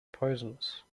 poisonous